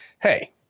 Hey